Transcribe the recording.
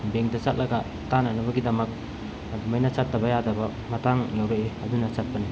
ꯕꯦꯡꯇ ꯆꯠꯂꯒ ꯇꯥꯟꯅꯅꯕꯒꯤꯗꯃꯛ ꯑꯗꯨꯃꯥꯏꯅ ꯆꯠꯇꯕ ꯌꯥꯗꯕ ꯃꯇꯥꯡ ꯌꯥꯎꯔꯛꯏ ꯑꯗꯨꯅ ꯆꯠꯄꯅꯤ